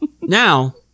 Now